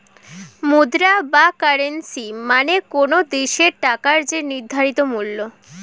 মুদ্রা বা কারেন্সী মানে কোনো দেশের টাকার যে নির্ধারিত মূল্য